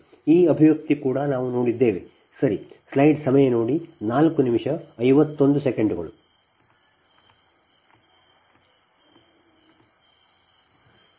ಈ ಅಭಿವ್ಯಕ್ತಿ ಕೂಡ ನಾವು ನೋಡಿದ್ದೇವೆ ಸರಿ